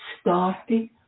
starting